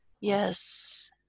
Yes